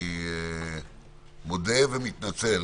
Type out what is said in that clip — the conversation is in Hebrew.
אני מודה ומתנצל,